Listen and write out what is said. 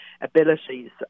abilities